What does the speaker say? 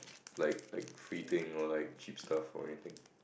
like like free thing or like cheap stuff or anything